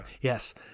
Yes